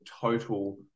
total